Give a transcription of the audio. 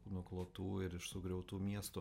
nuklotų ir iš sugriautų miestų